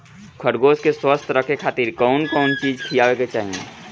खरगोश के स्वस्थ रखे खातिर कउन कउन चिज खिआवे के चाही?